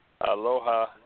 Aloha